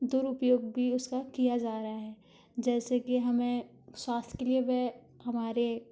दुरूपयोग भी उसका किया जा रहा है जैसे की हमें स्वास्थ के लिए वे हमारे